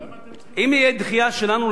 אם תהיה דחייה שלנו לעניין הזה,